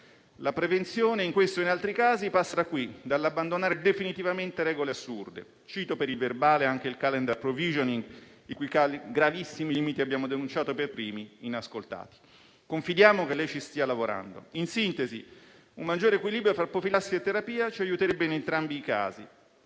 La prevenzione, in questo e in altri casi, passa da qui: dall'abbandonare definitivamente regole assurde, come il *calendar provisioning*, i cui gravissimi limiti abbiamo denunciato per primi, inascoltati. Confidiamo che lei ci stia lavorando. In sintesi, un maggior equilibrio tra profilassi e terapia ci aiuterebbe in entrambi i casi.